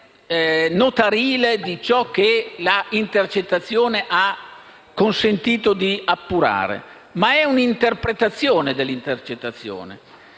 notarile di ciò che l'intercettazione ha consentito di appurare, ma è un'interpretazione dell'intercettazione.